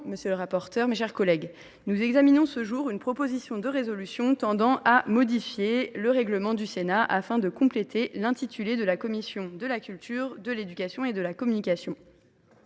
Monsieur le président, mes chers collègues, nous examinons ce jour une proposition de résolution tendant à modifier le règlement du Sénat, afin de compléter l’intitulé de la commission de la culture, de l’éducation et de la communication.